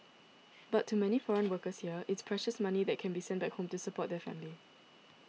but to many foreign workers here it's precious money that can be sent back home to support their family